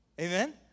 Amen